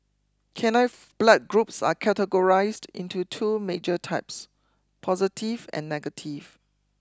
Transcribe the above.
canine blood groups are categorised into two major types positive and negative